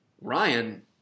Ryan